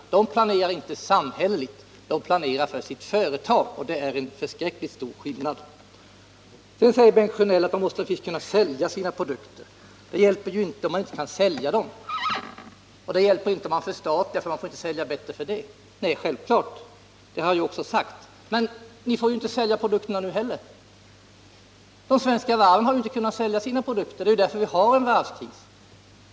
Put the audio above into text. Dessa företag planerar inte samhälleligt utan för sina företag, och det är en förskräckligt stor skillnad. Sedan säger Bengt Sjönell att företagen måste kunna sälja sina produkter och att det inte hjälper att man förstatligar företagen, eftersom man inte får sälja bättre för det. Nej, självfallet, det har jag också sagt. Men ni får ju inte sälja p-odukterna nu heller. De svenska varven har inte kunnat sälja sina produkter — det är därför vi har en varvskris.